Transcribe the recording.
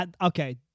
okay